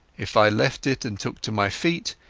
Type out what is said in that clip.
if i left it and took to my feet,